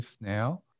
now